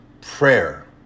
Prayer